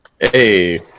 Hey